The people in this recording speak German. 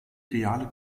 reale